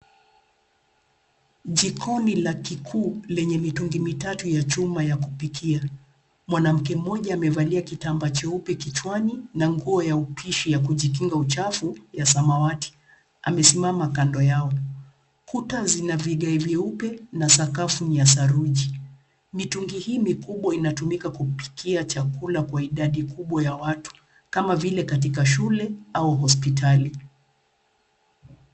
Jikoni la kikuu lenye mitungi mitatu ya chuma ya kupikia. Mwanamke mmoja amevalia kitambaa cheupe kichwani na nguo ya upishi ya kujikinga uchafu ya samawati, Amesimama kando yao. Kuta zina vigae vyeupe na sakafu ni ya saruji. Mitungi hii mikubwa inatumika kupikia chakula kwa idadi kubwa ya watu, kama vile katika shule au hospitali.